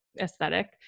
aesthetic